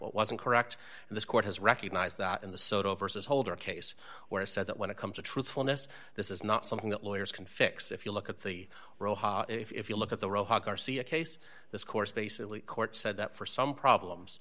wasn't correct and this court has recognized that in the soto vs holder case where i said that when it comes to truthfulness this is not something that lawyers can fix if you look at the world if you look at the real hard garcia case this course basically court said that for some problems